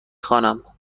خوانم